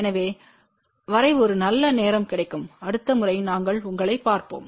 எனவே வரை ஒரு நல்ல நேரம் கிடைக்கும் அடுத்த முறை நாங்கள் உங்களைப் பார்ப்போம்